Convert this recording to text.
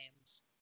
names